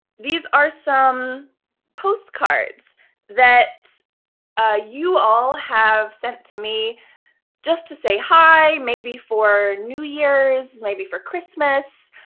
these are some postcards that ah you all have sent to me just to say hi maybe for new year's, maybe for christmas,